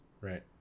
Right